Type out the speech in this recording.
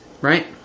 right